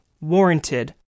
warranted